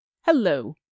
Hello